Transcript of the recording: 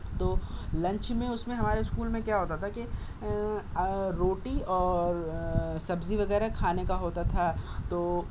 تو لنچ میں اُس میں ہمارے اسکول میں کیا ہوتا تھا کہ روٹی اور سبزی وغیرہ کھانے کا ہوتا تھا تو